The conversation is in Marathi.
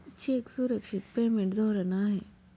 चेक सुरक्षित पेमेंट धोरण आहे